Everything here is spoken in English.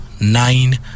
nine